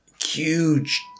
huge